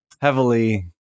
heavily